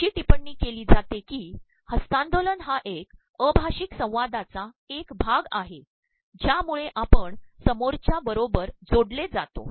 अशी द्रिटपणी के ली जाते की हस्त्तांदोलन हा एक अभाप्रषक संवादाचा एक भाग आहे ज्यामुळे आपण समोरच्या बरोबर जोडले जातो